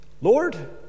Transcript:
Lord